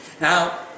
Now